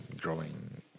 growing